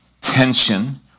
tension